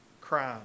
crime